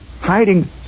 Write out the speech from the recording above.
hiding